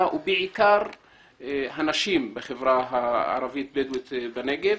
ובעיקר הנשים בחברה הערבית-בדואית בנגב.